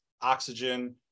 oxygen